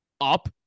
up